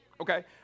Okay